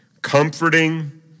comforting